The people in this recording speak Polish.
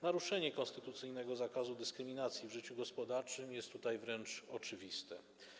Naruszenie konstytucyjnego zakazu dyskryminacji w życiu gospodarczym jest tutaj wręcz oczywiste.